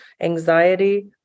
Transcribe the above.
anxiety